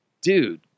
Dude